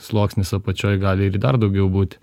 sluoksnis apačioj gali ir dar daugiau būti